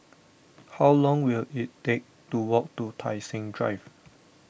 how long will it take to walk to Tai Seng Drive